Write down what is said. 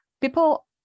people